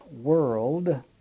world